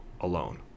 alone